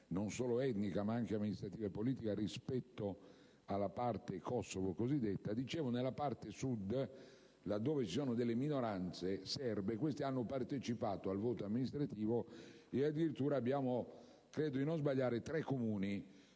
non solo etnica, ma anche amministrativa e politica rispetto alla cosiddetta parte Kosovo). Ebbene, nella zona Sud, là dove ci sono delle minoranze serbe, queste hanno partecipato al voto amministrativo, e addirittura abbiamo - credo di non sbagliare - tre Comuni